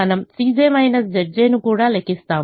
మనము ను కూడా లెక్కిస్తాము